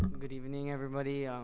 good evening, everybody.